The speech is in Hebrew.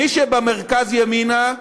מי שבמרכז-ימינה,